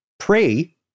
pray